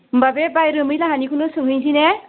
होनबा बे बाय रोमै लाहानिखौनो सोंहैनोसै ने